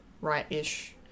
right-ish